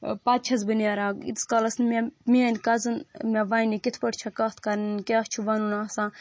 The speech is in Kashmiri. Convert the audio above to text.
پتہٕ چھس بہٕ نیران ییٖتِس کالس نہٕ مےٚ میٲنۍ کزِن مےٚ ونہِ کِتھ پٲٹھۍ چھِ کتھ کرٕنۍ کیٛاہ چھُ ونُن آسان